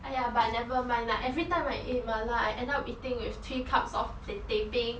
!aiya! but never mind lah everytime I eat 麻辣 I end up eating with three cups of teh peng